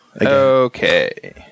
Okay